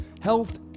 Health